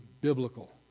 biblical